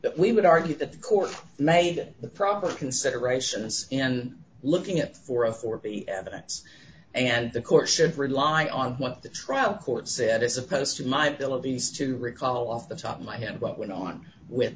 that we would argue that the court made the problem considerations in looking at for a for be evidence and the court should rely on what the trial court said as opposed to my bill of these two recall off the top of my hand what went on with